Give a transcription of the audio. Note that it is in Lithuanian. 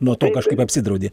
nuo to kažkaip apsidraudi